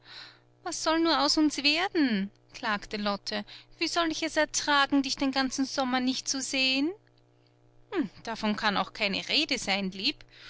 was soll nur aus uns werden klagte lotte wie soll ich es ertragen dich den ganzen sommer nicht zu sehen davon kann auch keine rede sein lieb